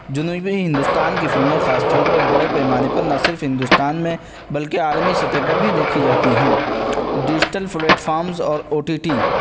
جنوبی ہندوستان کی فلمیں خاص طور پر بڑے پیمانے پر نہ صرف ہندوستان میں بلکہ عالمی سطح پر بھی دیکھی جاتی ہیں ڈیجیٹل پلیٹفامس اور او ٹی ٹی